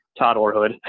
toddlerhood